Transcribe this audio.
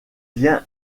vient